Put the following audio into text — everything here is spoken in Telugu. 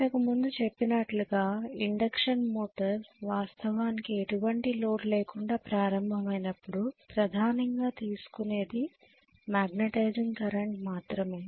ఇంతకు ముందు చెప్పినట్లుగా ఇండక్షన్ మోటారు వాస్తవానికి ఎటువంటి లోడ్ లేకుండా ప్రారంభమైనప్పుడు ప్రధానంగా తీసుకునేది మ్యాగ్నటైజింగ్ కరెంట్ మాత్రమే